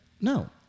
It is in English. No